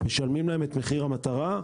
משלמים להם את מחיר המטרה,